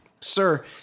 sir